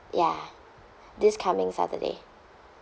ya this coming saturday